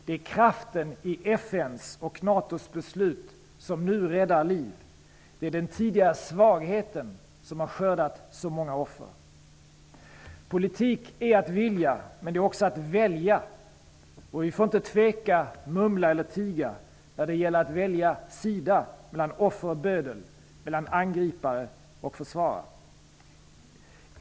Det är kraften i FN:s och NATO:s beslut som nu räddar liv; det är den tidigare svagheten som skördat så många offer. Politik är att vilja, men det är också att välja. Vi får inte tveka, mumla eller tiga när det gäller att välja sida mellan offer och bödel samt mellan angripare och försvarare.